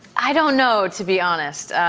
i don't know, to be honest.